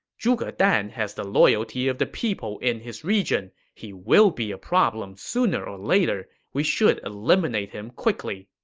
zhuge dan has the loyalty of the people in his region. he will be a problem sooner or later. we should eliminate him quickly.